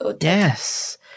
yes